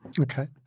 Okay